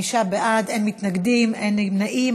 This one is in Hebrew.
חמישה בעד, אין מתנגדים, אין נמנעים.